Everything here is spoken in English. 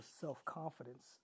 self-confidence